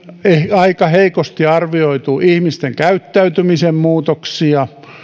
aika heikosti arvioitu ihmisten käyttäytymisen muutoksia